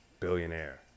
billionaire